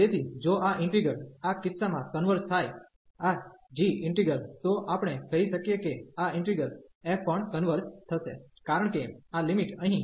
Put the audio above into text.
તેથી જો આ ઇન્ટિગ્રલ આ કિસ્સા મા કન્વર્ઝ થાય આ g ઇન્ટિગ્રલ તો આપણે કહી શકીએ કે આ ઈન્ટિગ્રલ f પણ કન્વર્ઝ થશે કારણ કે આ લિમિટ અહીં